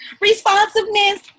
responsiveness